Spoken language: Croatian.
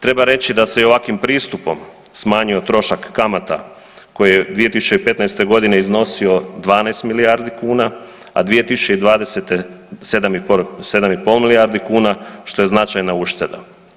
Treba reći da se i ovakvim pristupom smanjio trošak kamata koji je 2015.g. iznosio 12 milijardi kuna, a 2020. 7,5 milijardi kuna, što je značajna ušteda.